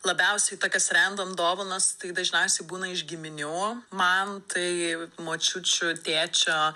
labiausiai tokios random dovanos tai dažniausiai būna iš giminių man tai močiučių tėčio